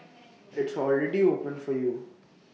it's already open for you